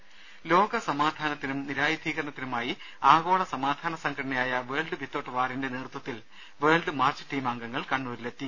ദേശ ലോകസമാധാനത്തിനും നിരായുധീകരണത്തിനുമായി ആഗോള സമാധാന സംഘടനയായ വേൾഡ് വിത്തൌട്ട് വാറിന്റെ നേതൃത്വത്തിൽ വേൾഡ് മാർച്ച് ടീം അംഗങ്ങൾ കണ്ണൂരിലെത്തി